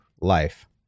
life